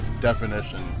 definition